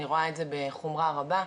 אני רואה את זה בחומרה רבה,